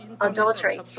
adultery